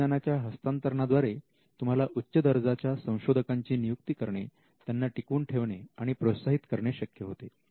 तंत्रज्ञानाच्या हस्तांतरणाद्वारे तुम्हाला उच्च दर्जाच्या संशोधकांची नियुक्ती करणे त्यांना टिकवून ठेवणे आणि प्रोत्साहित करणे शक्य होते